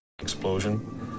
explosion